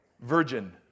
Virgin